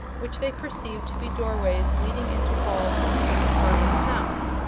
which they perceived to be doorways leading into halls in the upper part of the house.